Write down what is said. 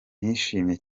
nishimiye